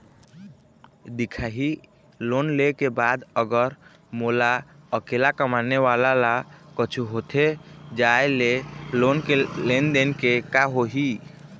दिखाही लोन ले के बाद अगर मोला अकेला कमाने वाला ला कुछू होथे जाय ले लोन के लेनदेन के का होही?